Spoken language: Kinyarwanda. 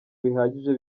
bihagije